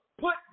put